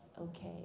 okay